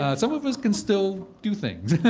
ah some of us can still do things.